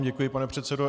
Děkuji vám, pane předsedo.